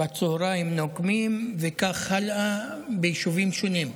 בצוהריים נוקמים, וכך הלאה, ביישובים שונים.